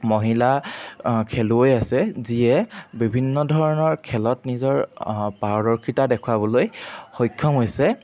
মহিলা খেলুৱৈ আছে যিয়ে বিভিন্ন ধৰণৰ খেলত নিজৰ পাৰদৰ্শিতা দেখুৱাবলৈ সক্ষম হৈছে